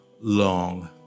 long